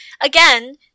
again